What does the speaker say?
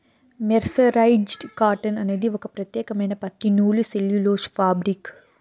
mercerised cotton అనేది ఒక ప్రత్యేకమైన పత్తి నూలు సెల్యులోజ్ ఫాబ్రిక్